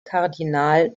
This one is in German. kardinal